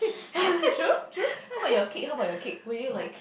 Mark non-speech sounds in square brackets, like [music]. [laughs] true true how about your cake how about your cake would you like